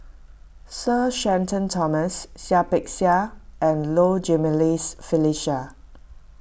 Sir Shenton Thomas Seah Peck Seah and Low Jimenez Felicia